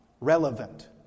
relevant